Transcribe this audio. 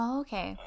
okay